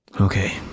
Okay